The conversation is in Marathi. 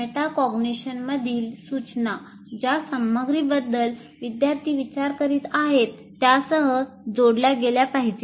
मेटाकॉग्निशन मधील सूचना ज्या सामग्रीबद्दल विद्यार्थी विचार करीत आहेत त्यासह जोडल्या गेल्या पाहिजेत